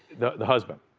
the husband?